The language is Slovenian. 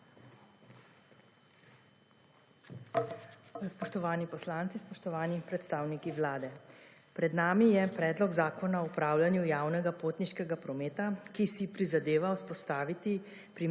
Spoštovani poslanci, spoštovani predstavniki vlade. Pred nami je predlog zakona o upravljanju javnega potniškega prometa, ki si prizadeva vzpostaviti